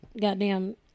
goddamn